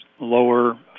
lower